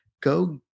go